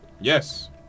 Yes